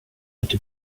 into